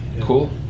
Cool